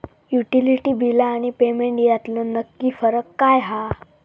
Utility बिला आणि payment यातलो नक्की फरक काय हा?